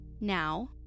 Now